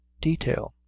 detail